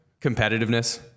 competitiveness